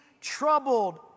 troubled